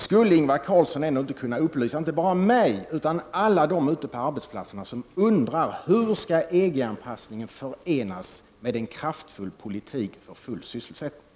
Skulle Ingvar Carlsson ändå inte kunna upplysa inte bara mig utan alla dem ute på arbetsplatserna som undrar: Hur skall EG-anpassningen förenas med en kraftfull politik för full sysselsättning?